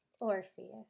Orpheus